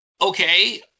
Okay